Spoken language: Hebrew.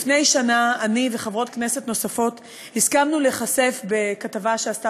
לפני שנה אני וחברות כנסת נוספות הסכמנו להיחשף בכתבה שעשתה